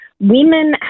Women